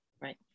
Right